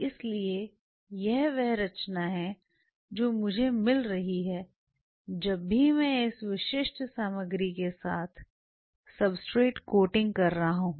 इसलिए यह वह रचना है जो मुझे मिल रही है जब भी मैं इस विशिष्ट सामग्री के साथ सब्सट्रेट कोटिंग कर रहा हूं